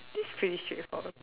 this is pretty straight forward